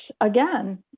again